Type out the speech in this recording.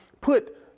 put